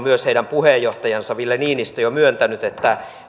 myös heidän puheenjohtajansa ville niinistö jo myöntänyt että